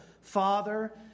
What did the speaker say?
father